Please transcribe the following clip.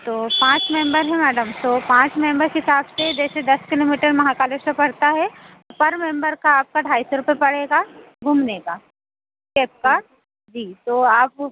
तो पाँच मेम्बर हैं मैडम तो पाँच मेम्बर के हिसाब से जैसे दस किलोमीटर महाकालेश्वर पड़ता है पर मेम्बर का आपका ढाई सौ रुपए पड़ेगा घूमने का एक का जी तो आप